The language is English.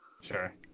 sure